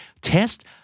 Test